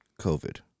COVID